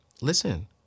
listen